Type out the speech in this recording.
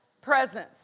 presence